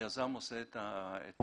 היזם עושה את הגמרים.